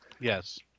Yes